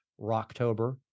Rocktober